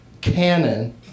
canon